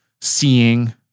seeing